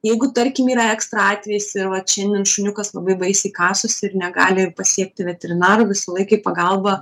jeigu tarkim yra ekstra atvejis ir vat šiandien šuniukas labai baisiai kasosi ir negali ir pasiekti veterinaro visą laiką į pagalbą